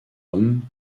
hommes